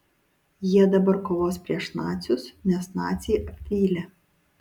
jie dabar kovos prieš nacius nes naciai apvylė